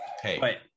hey